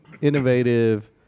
innovative